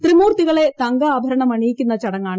ത്രിമൂർത്തികളെ തങ്ക ആഭരണം അണിയിക്കുന്ന ചടങ്ങാണിത്